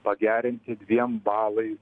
pagerinti dviem balai